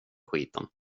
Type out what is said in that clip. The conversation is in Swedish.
skiten